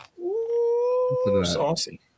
Saucy